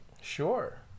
sure